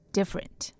Different